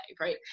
right